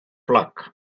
luck